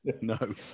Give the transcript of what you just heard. No